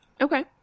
Okay